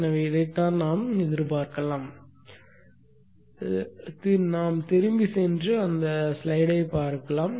எனவே இதைத்தான் நாம் எதிர்பார்க்கலாம் திரும்பிச் சென்று அந்த ஸ்லைடைப் பார்க்கலாம்